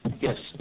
Yes